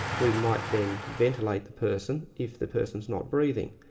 we might then ventilate the person if the person's not breathing.